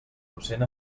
docent